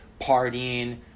partying